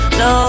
no